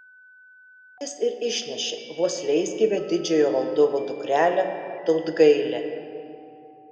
jis ir išnešė vos leisgyvę didžiojo valdovo dukrelę tautgailę